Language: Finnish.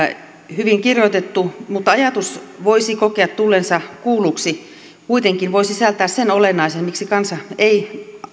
hyvin kirjoitettu mutta ajatus voisi kokea tulleensa kuulluksi kuitenkin voi sisältää sen olennaisen miksi kansa ei